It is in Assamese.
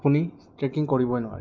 আপুনি ট্ৰেকিং কৰিবই নোৱাৰে